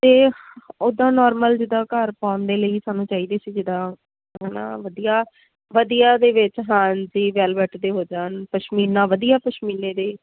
ਅਤੇ ਉੱਦਾਂ ਨੋਰਮਲ ਜਿੱਦਾਂ ਘਰ ਪਾਉਣ ਦੇ ਲਈ ਸਾਨੂੰ ਚਾਹੀਦੇ ਸੀ ਜਿੱਦਾਂ ਹੈ ਨਾ ਵਧੀਆ ਵਧੀਆ ਦੇ ਵਿੱਚ ਹਾਂਜੀ ਵੈਲਵਟ ਦੇ ਹੋ ਜਾਣ ਪਸ਼ਮੀਨਾ ਵਧੀਆ ਪਸ਼ਮੀਨੇ ਦੇ